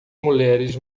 mulheres